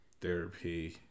therapy